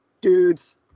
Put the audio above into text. dudes